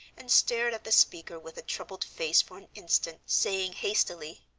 and stared at the speaker with a troubled face for an instant, saying hastily,